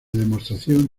demostración